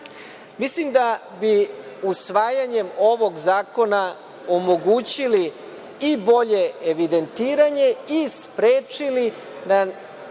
smislu. Mislim da bi usvajanjem ovog zakona omogućili i bolje evidentiranje i sprečili na